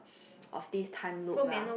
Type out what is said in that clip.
of this time loop lah